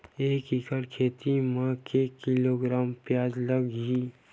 एक एकड़ खेती म के किलोग्राम प्याज लग ही?